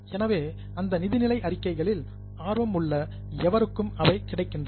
எனவே அந்த நிதிநிலை அறிக்கைகளில் ஆர்வம் உள்ள எவருக்கும் அவை கிடைக்கின்றன